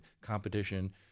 competition